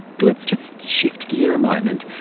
let's just shift gear a moment,